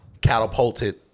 catapulted